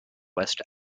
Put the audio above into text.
west